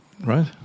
Right